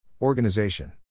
Organization